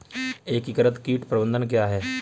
एकीकृत कीट प्रबंधन क्या है?